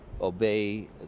obey